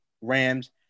Rams